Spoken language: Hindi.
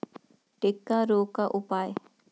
टिक्का रोग का उपाय?